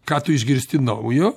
ką tu išgirsti naujo